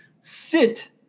sit